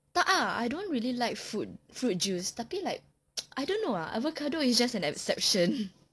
tak ah I don't really like fruit fruit juice tapi like I don't know ah avocado is just an exception